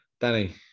Danny